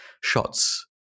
shots